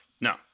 No